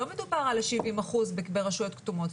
לא מדובר על 70% ברשויות כתומות.